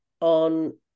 on